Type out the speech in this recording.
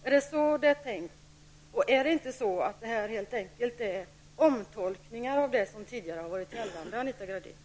Är det så det är tänkt, och är detta inte helt enkelt en omtolkning av det som tidigare har varit gällande, Anita Gradin?